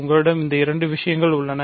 உங்களிடம் இந்த இரண்டு விஷயங்கள் உள்ளன